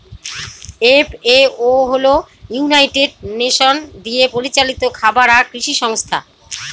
FAO হল united nation দিয়ে পরিচালিত খাবার আর কৃষি সংস্থা